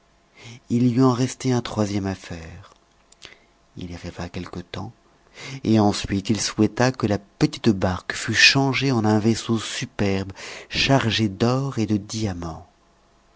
il lui en restait un troisième à faire il y rêva quelque temps et ensuite il souhaita que la petite barque fût changée en un vaisseau superbe chargé d'or et de diamants